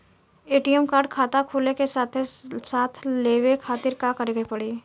ATM card खाता खुले के साथे साथ लेवे खातिर का करे के पड़ी?